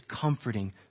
comforting